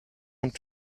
want